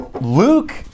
Luke